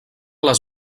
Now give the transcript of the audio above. les